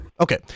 Okay